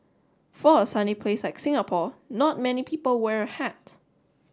for a sunny place like Singapore not many people wear a hat